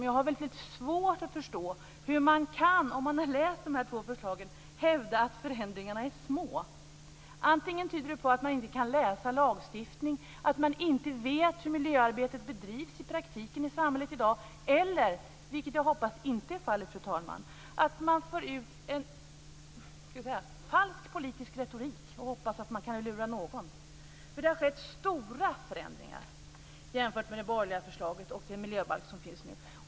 Jag har väldigt svårt att förstå hur man, om man har läst förslaget, kan hävda att förändringarna är små. Antingen tyder det på att man inte kan läsa lagstiftning, att man inte vet hur miljöarbetet bedrivs i praktiken i samhället i dag, eller - vilket jag hoppas inte är fallet, fru talman - att man för ut en falsk politisk retorik och hoppas att man kan lura någon. Det har nämligen skett stora förändringar om man jämför det borgerliga förslaget och den miljöbalk som finns nu.